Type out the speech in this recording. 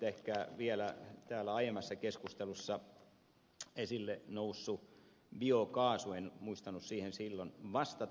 ehkä vielä täällä aiemmassa keskustelussa esille nousseeseen biokaasuun en muistanut silloin vastata